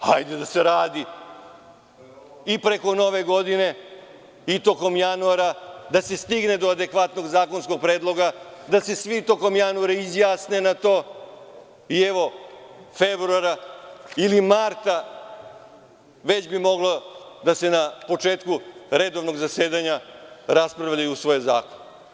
Hajde da se radi i preko Nove godine i tokom januara, da se stigne do adekvatnog zakonskog predloga, da se svi tokom januara izjasne na to i evo, februara ili marta meseca, već bi moglo da se na početku redovnog zasedanja raspravlja i usvoji zakon.